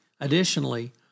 Additionally